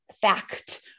fact